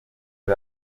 ari